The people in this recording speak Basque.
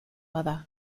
bada